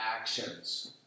actions